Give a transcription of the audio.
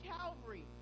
Calvary